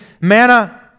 manna